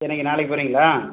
சென்னைக்கு நாளைக்கு போகிறீங்களா